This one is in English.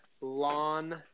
lawn